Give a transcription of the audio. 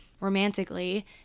romantically